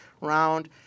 round